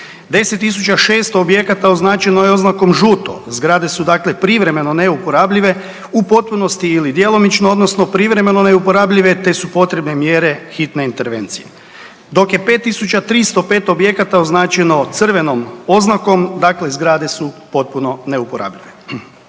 10 600 objekata označeno je oznakom žuto, zgrade su dakle privremeno neuporabljive, u potpunosti ili djelomično, odnosno privremeno neuporabljive te su potrebne mjere hitne intervencije. Dok je 5 305 objekata označeno crvenom oznakom, dakle zgrade su potpuno neuporabljive.